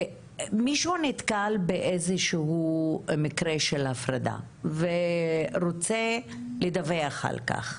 מישהו נתקל באיזשהו מקרה של הפרדה ורוצה לדווח על כך,